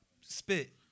spit